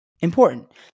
important